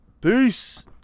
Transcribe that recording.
Peace